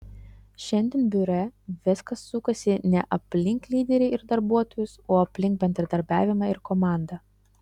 šiandien biure viskas sukasi ne aplink lyderį ir darbuotojus o aplink bendradarbiavimą ir komandą